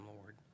Lord